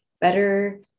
better